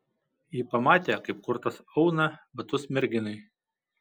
ji pamatė kaip kurtas auna batus merginai